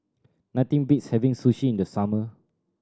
nothing beats having Sushi in the summer